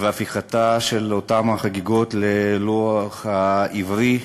וקביעתן של אותן החגיגות לפי הלוח העברי.